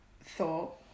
thought